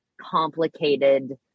complicated